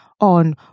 on